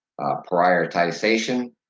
prioritization